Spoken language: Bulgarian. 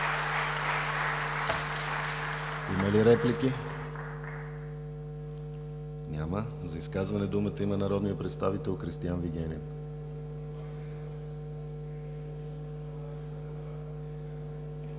Има ли реплики? Няма. За изказване думата има народният представител Кристиан Вигенин.